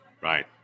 Right